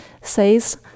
says